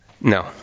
no